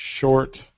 Short